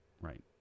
right